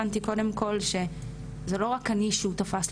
הבנתי קודם כל שזה לא רק אני שהוא תפס,